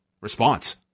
response